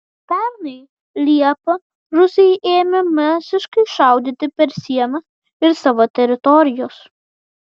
pernai liepą rusai ėmė masiškai šaudyti per sieną iš savo teritorijos